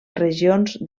regions